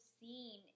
seen